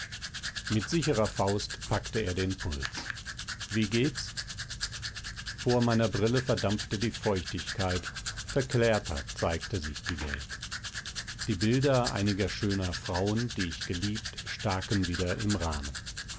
mit sicherer faust packte er den puls wie gehts vor meiner brille verdampfte die feuchtigkeit verklärter zeigte sich die welt die bilder einiger schöner frauen die ich geliebt staken wieder im rahmen